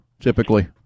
typically